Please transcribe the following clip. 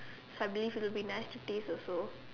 so I believe it will be nice to taste also